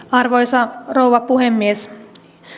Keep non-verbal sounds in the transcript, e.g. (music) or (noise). (unintelligible) arvoisa rouva puhemies